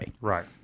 right